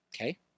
Okay